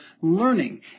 learning